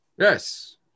Yes